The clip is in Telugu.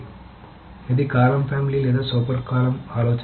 కాబట్టి అది కాలమ్ ఫ్యామిలీ లేదా సూపర్ కాలమ్ ఆలోచన